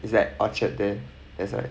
is at orchard there that's why